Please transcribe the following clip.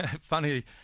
funny